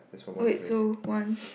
oh wait so one